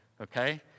okay